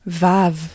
Vav